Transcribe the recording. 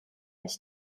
ich